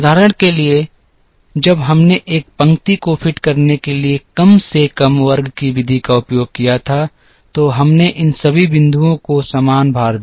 उदाहरण के लिए जब हमने एक पंक्ति को फिट करने के लिए कम से कम वर्ग की विधि का उपयोग किया था तो हमने इन सभी बिंदुओं को समान भार दिया